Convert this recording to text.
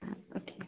हाँ तो ठीक